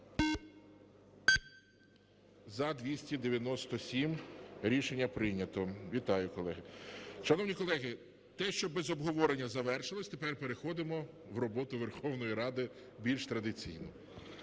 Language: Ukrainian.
За-297 Рішення прийнято. Вітаю, колеги. Шановні колеги, те, що без обговорення, завершилось, тепер переходимо в роботу Верховної Ради більш традиційно.